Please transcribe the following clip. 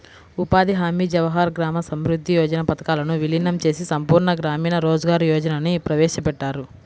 ఉపాధి హామీ, జవహర్ గ్రామ సమృద్ధి యోజన పథకాలను వీలీనం చేసి సంపూర్ణ గ్రామీణ రోజ్గార్ యోజనని ప్రవేశపెట్టారు